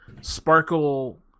sparkle